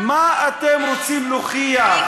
מה אתם רוצים להוכיח?